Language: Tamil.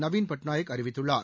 நவீன்பட்நாயக் அறிவித்துள்ளார்